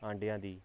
ਆਂਡਿਆਂ ਦੀ